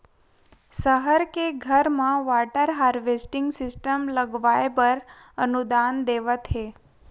सहर के घर म वाटर हारवेस्टिंग सिस्टम लगवाए बर अनुदान देवत हे